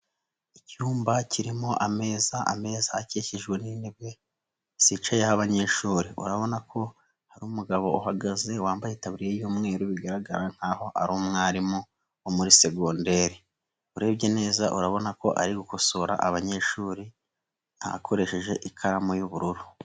Icyumba kirimo ameza ameza akikijwe n'intebe zicaye abanyeshuri, urabona ko hari umugabo uhagaze wambaye itaburiya y'umweru bigaragara nk'aho ari umwarimu wo muri segonderi, urebye neza urabona ko ari gukosora abanyeshuri akoresheje ikaramu y'ubururu.